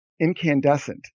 incandescent